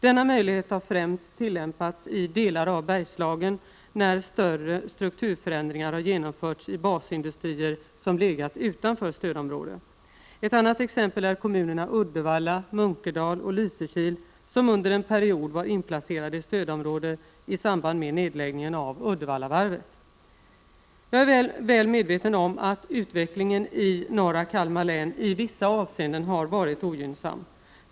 Denna möjlighet har främst tillämpats i delar av Bergslagen när större strukturförändringar har genomförts i basindustrier som legat utanför stödområde. Ett annat exempel är kommunerna Uddevalla, Munkedal och Lysekil som under en period var inplacerade i stödområde i samband med nedläggningen av Uddevallavarvet. Jag är väl medveten om att utvecklingen i norra Kalmar län i vissa avseenden har varit ogynnsam.